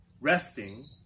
resting